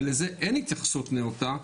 ולזה אין התייחסות נאותה,